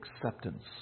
acceptance